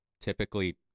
typically